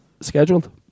scheduled